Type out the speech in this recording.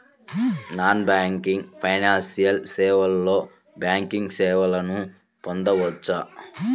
Non banking financial సేవలో banking సేవలను పొందవచ్చా?